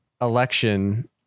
election